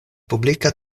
publika